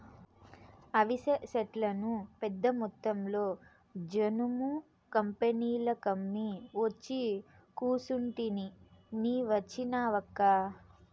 అవిసె సెట్లను పెద్దమొత్తంలో జనుము కంపెనీలకమ్మి ఒచ్చి కూసుంటిని నీ వచ్చినావక్కా